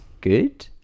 good